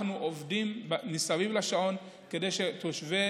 אנחנו עובדים מסביב לשעון כדי שתושבי